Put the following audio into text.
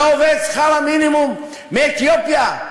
ועובד שכר מינימום מאתיופיה,